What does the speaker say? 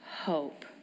hope